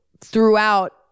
throughout